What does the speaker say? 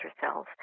cells